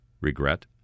regret